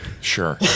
Sure